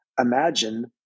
imagine